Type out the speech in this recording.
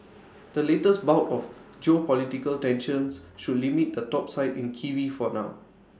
the latest bout of geopolitical tensions should limit the topside in kiwi for now